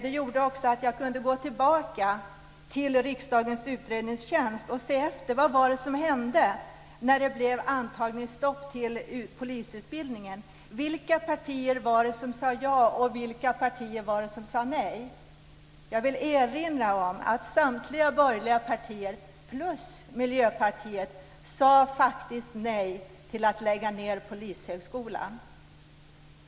Det gjorde att jag kunde gå tillbaka till Riksdagens utredningstjänst och se efter vad det var som hände när det blev antagningsstopp till polisutbildningen. Vilka partier var det som sade ja, och vilka partier var det som sade nej? Jag vill erinra om att samtliga borgerliga partier plus Miljöpartiet faktiskt sade nej till att lägga ned Polishögskolan.